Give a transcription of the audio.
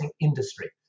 industry